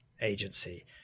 agency